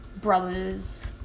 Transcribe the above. brothers